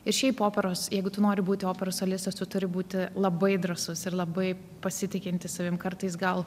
ir šiaip operos jeigu tu nori būti operos solistastu turi būti labai drąsus ir labai pasitikintis savim kartais gal